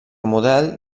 model